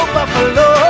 Buffalo